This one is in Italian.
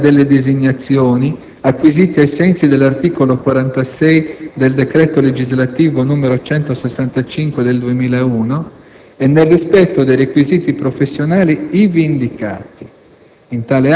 e sulla base delle designazioni acquisite ai sensi dell'articolo 46 del decreto legislativo n. 165 del 2001 e nel rispetto dei requisiti professionali ivi indicati.